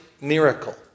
miracle